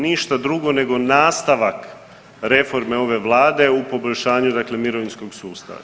Ništa drugo nego nastavak reforme ove Vlade u poboljšanju dakle mirovinskog sustava.